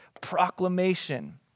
proclamation